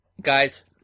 Guys